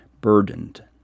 burdened